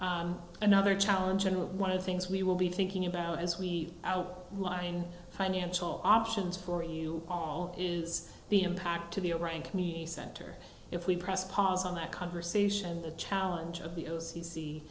another challenge and one of the things we will be thinking about as we out line financial options for you is the impact to the a rank center if we press pause on that conversation the challenge of the o